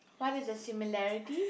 what is the similarity